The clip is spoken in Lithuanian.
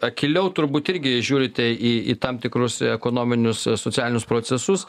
akyliau turbūt irgi žiūrite į į tam tikrus ekonominius socialinius procesus